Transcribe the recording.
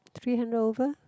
three hundred over